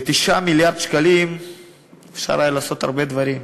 ב-9 מיליארד שקלים אפשר היה לעשות הרבה דברים,